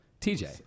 TJ